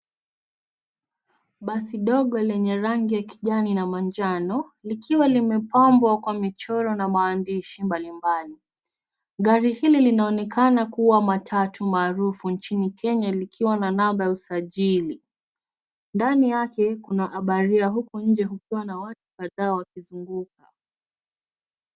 Basi dogo lenye rangi ya kijani na manjano, likiwa limepambwa kwa michoro na maandishi mbalimbali. Gari hili linaonekana kuwa matatu maarufu nchini Kenya, likiwa na namba ya usajili. Ndani yake kuna abiria, huku nje kukiwa na watu kadhaa wakizunguka.